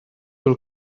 will